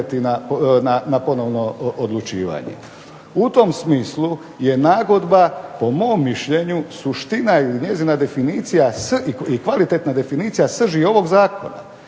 na ponovno odlučivanje. U tom smislu je nagodba po mom mišljenju suština, jer njezina definicija i kvalitetna definicija je srž ovog zakona.